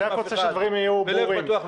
אני רק רוצה שהדברים יהיו ברורים,